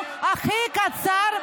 שנמשיך להצביע?